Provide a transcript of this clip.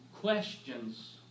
questions